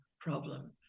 problem